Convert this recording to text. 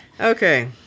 Okay